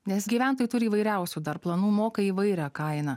nes gyventojai turi įvairiausių dar planų moka įvairią kainą